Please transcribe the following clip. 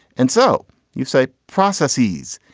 and so you say processes,